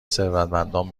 ثروتمندان